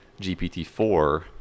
GPT-4